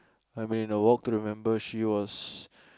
I mean a Walk to Remember she was